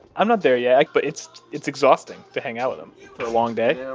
i'm not there yet, like but it's it's exhausting to hang out with him for a long day